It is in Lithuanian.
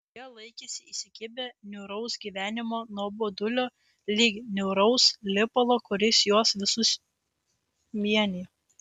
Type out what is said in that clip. jie laikėsi įsikibę niūraus gyvenimo nuobodulio lyg niūraus lipalo kuris juos visus vienijo